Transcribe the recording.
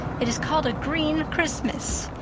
it is called a green christmas!